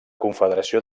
confederació